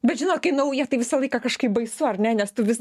bet žinot kai nauja tai visą laiką kažkaip baisu ar ne nes tu vis